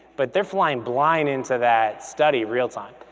but they're flying blind into that study real-time.